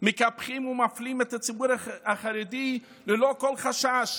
מקפחים ומפלים את הציבור החרדי ללא כל חשש.